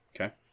Okay